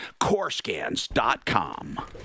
Corescans.com